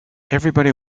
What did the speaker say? everybody